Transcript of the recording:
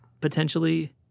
potentially